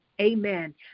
Amen